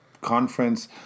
conference